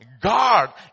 God